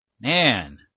Man